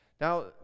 Now